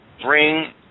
bring